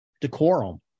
decorum